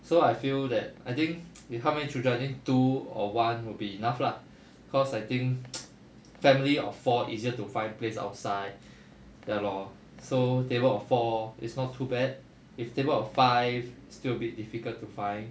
so I feel that I think if how many children I think two or one would be enough lah cause I think family of four easier to find place outside ya lor so table of four it's not too bad if table of five still a bit difficult to find